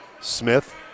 Smith